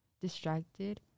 distracted